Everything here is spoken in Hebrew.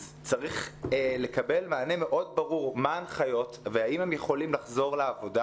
אז צריך לקבל מענה מאוד ברור מה ההנחיות והאם הם יכולים לחזור לעבודה.